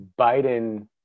biden